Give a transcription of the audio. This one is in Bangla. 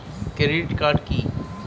ক্রেডিট কার্ড কি?